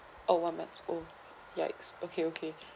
oh one months old yikes okay okay